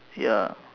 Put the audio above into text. ya